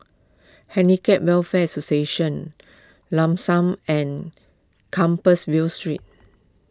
Handicap Welfare Association Lam San and Compassvale Street